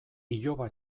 iloba